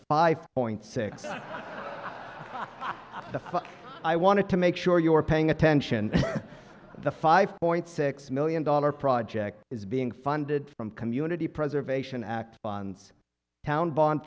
five point six i want to make sure you are paying attention the five point six million dollar project is being funded from community preservation act bonds town bond